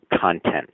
content